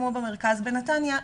כמו במרכז בנתניה,